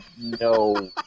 no